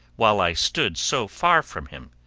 while i stood so far from him.